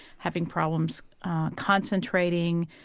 having problems concentrating,